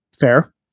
fair